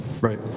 Right